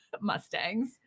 Mustangs